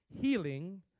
healing